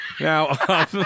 Now